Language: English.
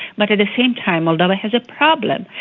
but at the same time moldova has a problem,